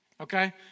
Okay